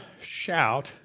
shout